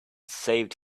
saved